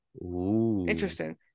Interesting